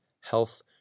health